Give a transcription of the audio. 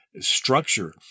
structure